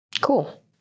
Cool